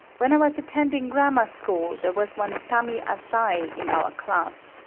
when i was attending grammar school, there was one tami asai in our class,